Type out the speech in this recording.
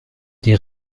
des